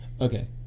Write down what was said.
Okay